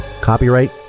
Copyright